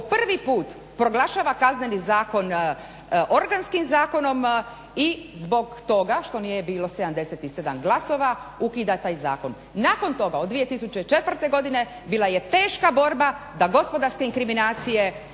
prvi put proglašava Kazneni zakon organskim zakonom i zbog toga što nije bilo 77 glasova ukida taj zakon. Nakon toga, od 2004. godine, bila je teška borba da gospodarske inkriminacije